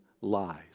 lies